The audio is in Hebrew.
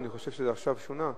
ואני חושב שזה עכשיו שונה.